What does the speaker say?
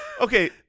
okay